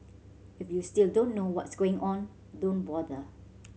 if you still don't know what's going on don't bother